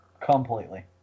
Completely